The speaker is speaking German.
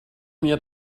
mir